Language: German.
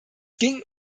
ging